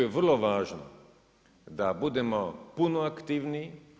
Tu je vrlo važno da budemo puno aktivniji.